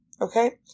Okay